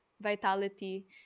vitality